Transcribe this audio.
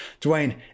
dwayne